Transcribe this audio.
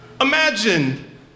Imagine